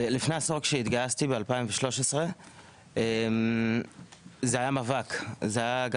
לפני עשור כשהתגייסתי ב-2013 זה היה מאבקים